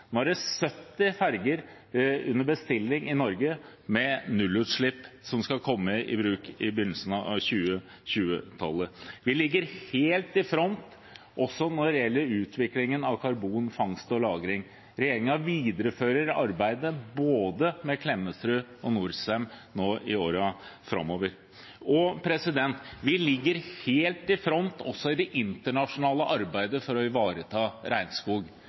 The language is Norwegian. Nå er det i Norge i bestilling 70 ferjer med nullutslipp som skal komme i bruk i begynnelsen av 2020-tallet. Vi ligger helt i front når det gjelder utviklingen av karbonfangst og -lagring. Regjeringen viderefører arbeidet både med Klemetsrud og Norcem i årene framover. Vi ligger helt i front også i det internasjonale arbeidet for å ivareta regnskog.